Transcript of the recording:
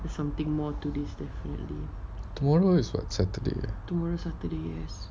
tomorrow is what saturday